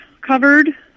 covered